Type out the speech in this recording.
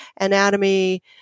anatomy